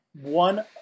One